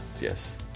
Yes